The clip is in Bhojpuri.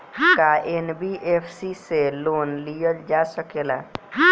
का एन.बी.एफ.सी से लोन लियल जा सकेला?